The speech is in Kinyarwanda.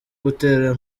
gutera